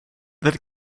that